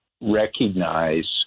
recognize